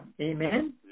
Amen